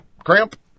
cramp